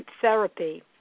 therapy